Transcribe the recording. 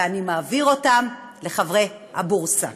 ואני מעביר אותם לחברי הבורסה,